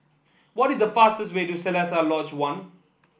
what is the fastest way to Seletar Lodge One